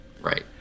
right